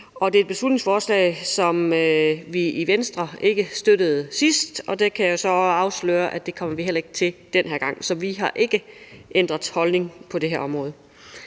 Det er et beslutningsforslag, som vi i Venstre ikke støttede sidst, og det kan jeg så afsløre at vi heller ikke kommer til den her gang. Så vi har ikke ændret holdning på det her område.